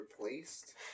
replaced